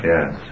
Yes